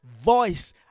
voice